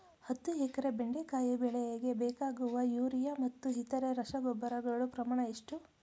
ಹತ್ತು ಎಕರೆ ಬೆಂಡೆಕಾಯಿ ಬೆಳೆಗೆ ಬೇಕಾಗುವ ಯೂರಿಯಾ ಮತ್ತು ಇತರೆ ರಸಗೊಬ್ಬರಗಳ ಪ್ರಮಾಣ ಎಷ್ಟು?